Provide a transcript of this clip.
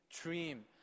dream